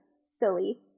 silly